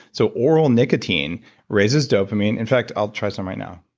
so oral nicotine raises dopamine, in fact, i'll try some right now.